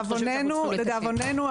קודם כול,